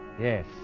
Yes